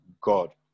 God